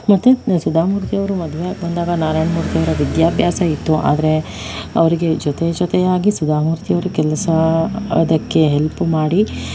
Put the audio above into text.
ಮತ್ತೆ ಸುಧಾಮೂರ್ತಿ ಅವರು ಮದುವೆಯಾಗಿ ಬಂದಾಗ ನಾರಾಯಣಮೂರ್ತಿಯವರ ವಿದ್ಯಾಭ್ಯಾಸ ಇತ್ತು ಆದರೆ ಅವರಿಗೆ ಜೊತೆ ಜೊತೆಯಾಗಿ ಸುಧಾಮೂರ್ತಿಯವರು ಕೆಲಸ ಅದಕ್ಕೆ ಹೆಲ್ಪ್ ಮಾಡಿ